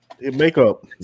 makeup